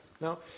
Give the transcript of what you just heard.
Now